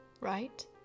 right